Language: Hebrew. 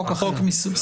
(12)